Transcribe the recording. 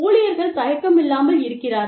ஊழியர்கள் தயக்கம் இல்லாமல் இருக்கிறார்கள்